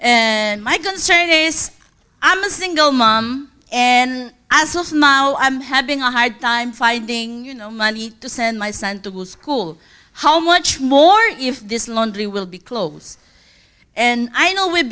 and my concern is i'm a single mom and as will smile i'm having a hard time finding no money to send my son to school how much more if this laundry will be close and i know we've